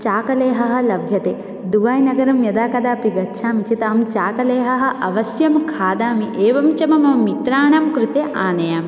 चाकलेहाः लभ्यते दुबायिनगरं यदा कदापि गच्छामि चेत् अहं चाकलेहः अवश्यं खादामि एवं च मम मित्राणां कृते आनयामि